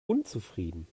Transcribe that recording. unzufrieden